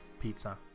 pizza